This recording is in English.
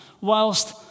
whilst